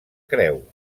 creu